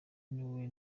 wiwe